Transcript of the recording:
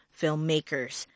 filmmakers